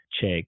check